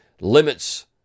limits